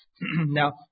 now